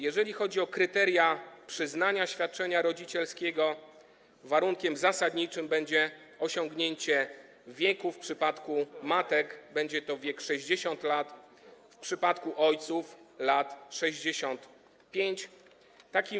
Jeżeli chodzi o kryteria przyznania świadczenia rodzicielskiego, warunkiem zasadniczym będzie osiągnięcie wieku w przypadku matek 60 lat, w przypadku ojców 65 lat.